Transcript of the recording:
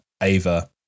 ava